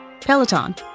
Peloton